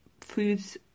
foods